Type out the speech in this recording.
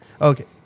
Okay